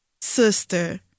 sister